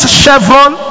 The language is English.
chevron